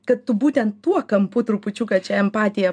kad tu būtent tuo kampu trupučiuką čia empatiją